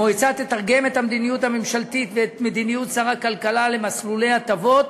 המועצה תתרגם את המדיניות הממשלתית ואת מדיניות שר הכלכלה למסלולי הטבות